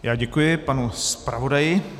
Já děkuji panu zpravodaji.